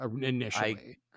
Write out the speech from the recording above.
initially